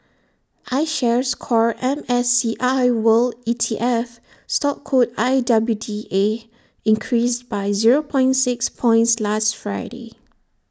I shares core M S C I world E T F stock code I W D A increased by zero six points last Friday